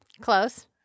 Close